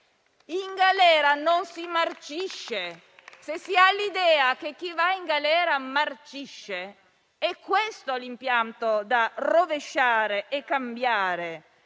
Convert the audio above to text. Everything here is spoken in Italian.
In galera non si marcisce; se si ha l'idea che chi va in galera marcisce, questo è l'impianto da rovesciare e cambiare.